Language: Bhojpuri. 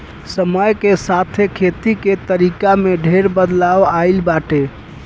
समय के साथे खेती के तरीका में ढेर बदलाव आइल बाटे